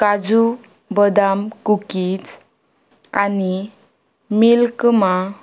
काजू बदाम कुकीज आनी मिल्कमा